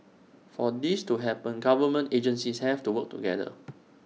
for this to happen government agencies have to work together